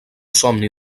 somni